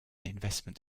investment